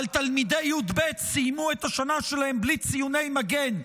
אבל תלמידי י"ב סיימו את השנה שלהם בלי ציוני מגן,